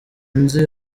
nzi